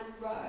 row